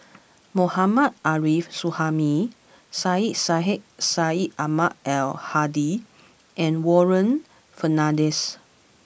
Mohammad Arif Suhaimi Syed Sheikh Syed Ahmad Al Hadi and Warren Fernandez